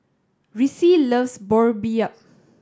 Ricci loves Boribap